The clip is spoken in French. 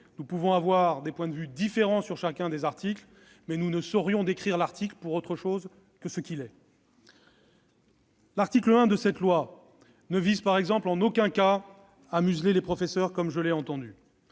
Nous pouvons avoir des points de vue différents sur chacun des articles, mais nous ne saurions décrire l'article autrement qu'il n'est. L'article 1 de ce projet de loi ne vise en aucun cas à museler les professeurs, comme je l'ai entendu.